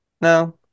No